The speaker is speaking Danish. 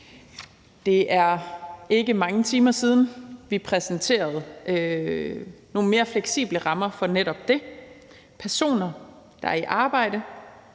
Det er ikke mange timer siden, at vi præsenterede nogle mere fleksible rammer for netop det. Personer, der er i arbejde,